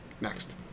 next